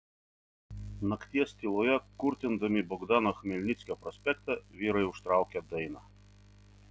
nakties tyloje kurtindami bogdano chmelnickio prospektą vyrai užtraukė dainą